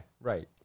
right